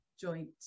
joint